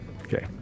Okay